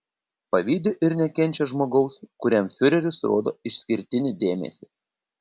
pavydi ir nekenčia žmogaus kuriam fiureris rodo išskirtinį dėmesį